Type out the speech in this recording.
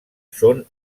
són